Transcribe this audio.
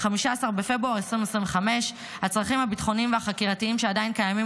15 בפברואר 2025. הצרכים הביטחוניים והחקירתיים שעדיין קיימים,